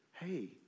hey